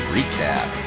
Recap